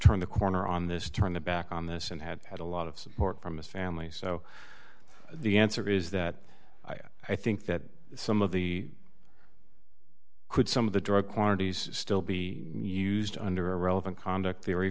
turned the corner on this turn the back on this and had had a lot of support from his family so the answer is that i think that some of the could some of the drug quantities still be used under a relevant conduct theory